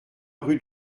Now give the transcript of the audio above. rue